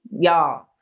y'all